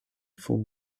for